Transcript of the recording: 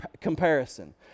comparison